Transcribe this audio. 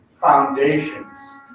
foundations